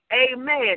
Amen